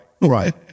Right